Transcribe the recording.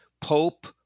Pope